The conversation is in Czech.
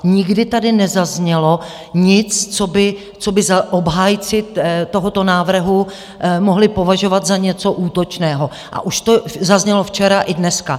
Nikdy tady nezaznělo nic, co by obhájci tohoto návrhu mohli považovat za něco útočného, a už to zaznělo včera i dneska.